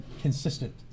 consistent